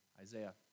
Isaiah